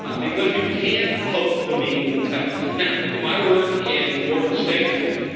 um because you can't poke the meat and tell. now, if i work in morton's steakhouse,